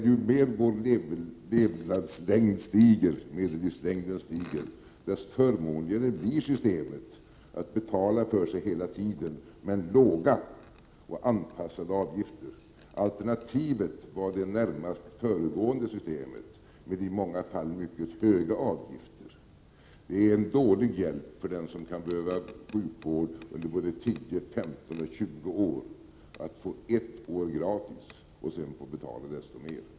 Ju mer vår medellivslängd stiger, desto förmånligare blir systemet att betala för sig hela tiden men med låga och anpassade avgifter. Alternativet var det närmast föregående systemet med i många fall mycket höga avgifter. Det är en dålig hjälp för dem som kan behöva sjukvård under 10, 15, 20 år, att få ett år gratis och sedan få betala desto mer.